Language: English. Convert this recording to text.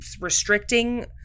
restricting